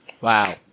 Wow